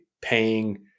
paying